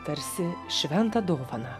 tarsi šventą dovaną